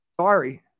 sorry